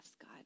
God